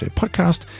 podcast